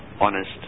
honest